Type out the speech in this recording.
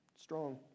Strong